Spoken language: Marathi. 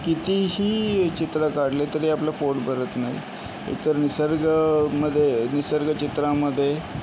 कितीही चित्रं काढले तरी आपलंं पोट भरत नाही हे तर निसर्गमध्ये निसर्ग चित्रामध्ये